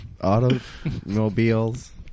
automobiles